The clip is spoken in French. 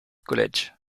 college